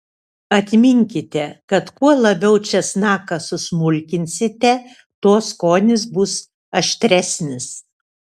atminkite kad kuo labiau česnaką susmulkinsite tuo skonis bus aštresnis